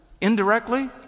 indirectly